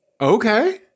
Okay